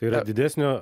yra didesnio